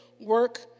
Work